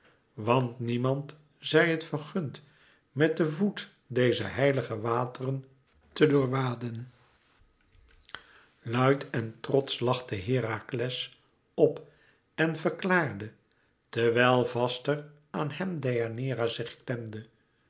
want niemand zij het vergund met den voet deze heilige wateren te doorwaden luid en trotsch lachte herakles op en verklaarde terwijl vaster aan hem deianeira zich